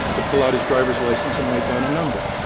to pull out his driver's license and write down a number.